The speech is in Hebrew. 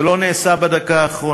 זה לא נעשה בדקה האחרונה.